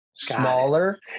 smaller